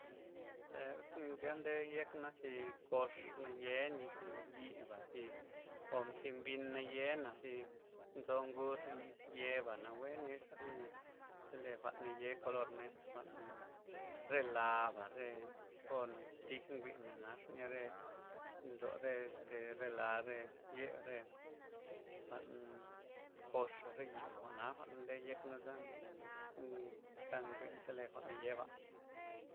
Re tya nde yekna zi kox naye' nya zi yi'ba zi o mbin naye' na zi nzo ngud yeba' nawe niay xniay chele jwa'n naye' color jwa'n re laba', re po tij nwimen naxenya re nlo re este re la, re ye, re jwa'n koxa' re yiba' jwa'na nde yekna zata nwin chele jwa'n nayeba'